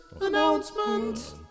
Announcement